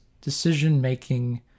decision-making